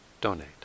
donate